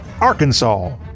Arkansas